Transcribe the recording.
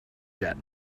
jet